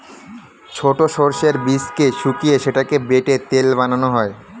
ছোট সর্ষের বীজকে শুকিয়ে সেটাকে বেটে তেল বানানো হয়